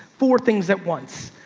four things at once.